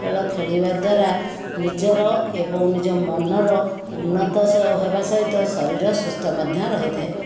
ଖେଳ ଖେଳିବା ଦ୍ଵାରା ନିଜର ଏବଂ ନିଜ ମନର ଉନ୍ନତ ହେବା ସହିତ ଶରୀର ସୁସ୍ଥ ମଧ୍ୟ ରହିଥାଏ